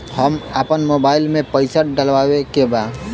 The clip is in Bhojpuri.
हम आपन मोबाइल में पैसा डलवावे के बा?